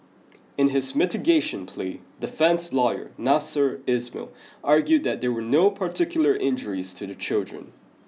in his mitigation plea defence lawyer Nasser Ismail argued that there were no particular injuries to the children